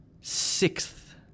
Sixth